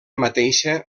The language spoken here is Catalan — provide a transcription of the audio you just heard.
mateixa